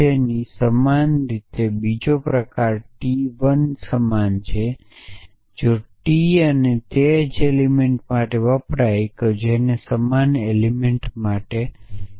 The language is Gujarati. ની સમાન રીતે બીજો પ્રકાર ટી 1 ટિ સમાન છે જો ટી અને તે જ એલિમેંટ માટે વપરાય છે જો તે સમાન એલિમેંટ માટે છે